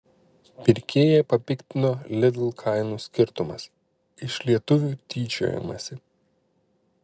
pirkėją papiktino lidl kainų skirtumas iš lietuvių tyčiojamasi